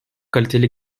kaliteli